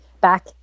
back